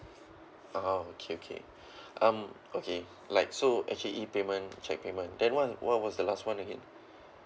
oh okay okay um okay like so actually E payment check payment then one what was the last one again